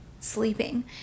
sleeping